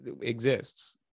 exists